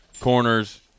Corners